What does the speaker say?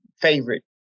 favorite